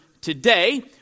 today